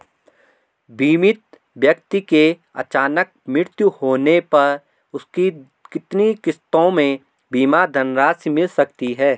बीमित व्यक्ति के अचानक मृत्यु होने पर उसकी कितनी किश्तों में बीमा धनराशि मिल सकती है?